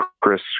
Chris